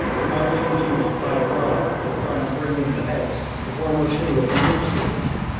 who might be induced by a bribe to try and bring in the heads of one or two of the mufsids.